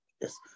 Yes